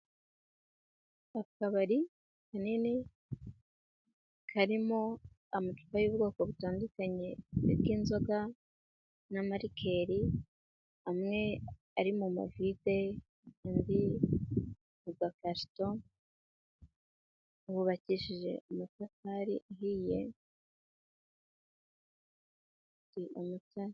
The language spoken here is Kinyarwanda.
Akabari kanini karimo amacupa y'ubwoko butandukanye bw'inzoga n'amarikeli, amwe ari mu mavide andi mu gakarito, hubakishije amatafari ahiye ni inkuta.